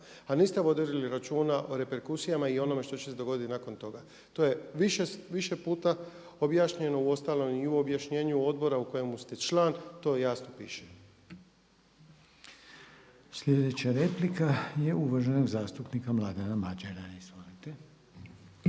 a niste vodili računa o reperkusijama i onome što će se dogoditi nakon toga. To je više puta objašnjeno u ostalom i u objašnjenju odbora u kojemu ste član to jasno piše. **Reiner, Željko (HDZ)** Slijedeća replika je uvaženog zastupnika Mladena Mađera.